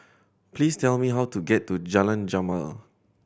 please tell me how to get to Jalan Jamal